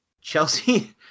Chelsea